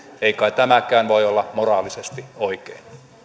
ei kai tämäkään voi olla moraalisesti oikein